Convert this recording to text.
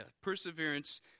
perseverance